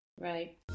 right